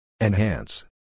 Enhance